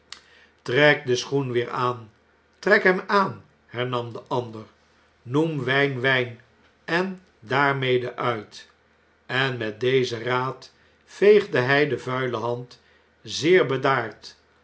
den schoen weer aan trek hem aan hernam de ander noem wijn wjjn en daarmede uit en met dezen raad veegde hjj de vuile hand zeer bedaard